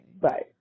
Bye